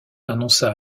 annonça